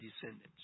descendants